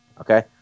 Okay